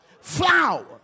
flour